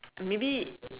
maybe